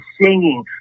singing